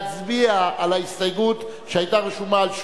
חבר הכנסת הרצוג מבקש להצביע על ההסתייגות שהיתה רשומה על שמו,